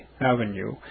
Avenue